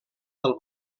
del